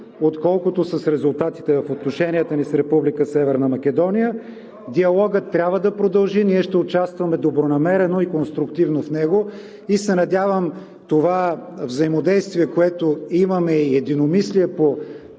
отколкото с резултатите в отношенията ни с Република Северна Македония. Диалогът трябва да продължи. Ние ще участваме добронамерено и конструктивно в него и се надявам това взаимодействие, което имаме, и единомислие по